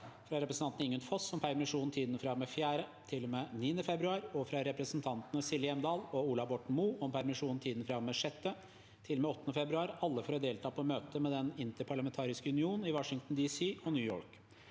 fra representanten Ingunn Foss om permisjon i tiden fra og med 4. til og med 9. februar og fra representantene Silje Hjemdal og Ola Borten Moe om permisjon i tiden fra og med 6. til og med 8. februar – alle for å delta på møter med Den interparlamentariske union i Washington D.C. og New York.